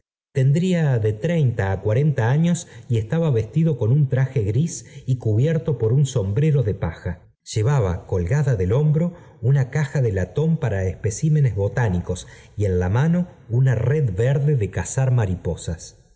tendría de treinta á cuarenta años y estaba vestido con un traje gris y cubierto por un sombrero de paja llevaba colgada del hombro una caja de latón para especímenes botánicos y en la mano una red verde de cazar mariposas